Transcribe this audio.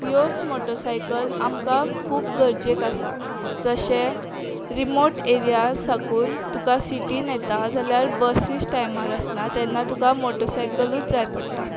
ह्योच motorcycle आमकां खूब गरजेक आसा जशें रिमोट एरया साकून तुका सिटीन येता जाल्यार बसीस टायमार आसना तेन्ना तुका मोटसायकलूच जाय पडटा